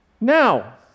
Now